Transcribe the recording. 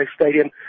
Stadium